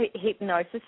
hypnosis